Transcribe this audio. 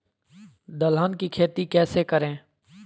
दलहन की खेती कैसे करें?